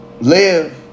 live